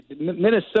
Minnesota